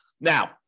Now